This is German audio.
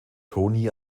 toni